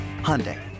Hyundai